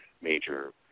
major